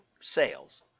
sales